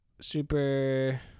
super